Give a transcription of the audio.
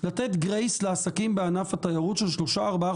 לתת גרייס לעסקים בענף התיירות של שלושה-ארבעה